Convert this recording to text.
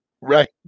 Right